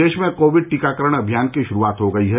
प्रदेश में कोविड टीकाकरण अभियान की शुरूआत हो गई है